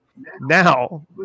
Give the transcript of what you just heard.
Now